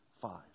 five